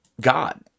God